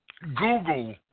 Google